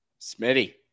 Smitty